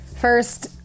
first